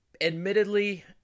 admittedly